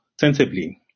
sensibly